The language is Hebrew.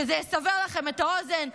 שזה יסבר לכם את האוזן.